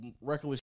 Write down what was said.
reckless